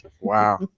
wow